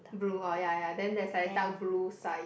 blue oh ya ya then that's like dark blue side